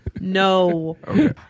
No